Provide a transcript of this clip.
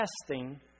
testing